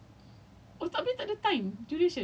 tapi it's a take home so it's like twenty four hours